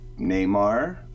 neymar